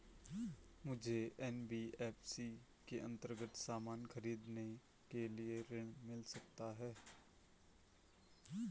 मुझे एन.बी.एफ.सी के अन्तर्गत सामान खरीदने के लिए ऋण मिल सकता है?